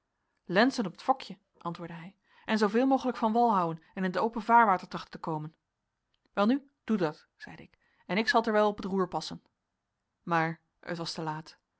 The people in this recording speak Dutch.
lensen op t fokje antwoordde hij en zooveel mogelijk van wal houen en in t open vaarwater trachten te komen welnu doe dat zeide ik en ik zal terwijl op het roer passen maar het was te laat